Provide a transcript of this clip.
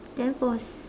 then bose